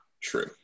true